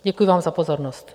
Děkuji vám za pozornost.